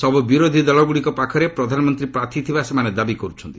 ସବୁ ବିରୋଧୀ ଦଳଗୁଡ଼ିକ ପାଖରେ ପ୍ରଧାନମନ୍ତ୍ରୀ ପ୍ରାର୍ଥୀ ଥିବା ସେମାନେ ଦାବି କରୁଛନ୍ତି